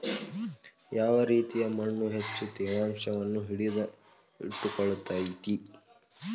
ಯಾವ ರೇತಿಯ ಮಣ್ಣ ಹೆಚ್ಚು ತೇವಾಂಶವನ್ನ ಹಿಡಿದಿಟ್ಟುಕೊಳ್ಳತೈತ್ರಿ?